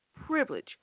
privilege